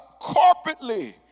corporately